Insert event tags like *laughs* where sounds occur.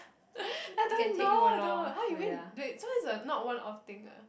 *laughs* I tell him no don't !huh! you win wait so that's a not one off thing ah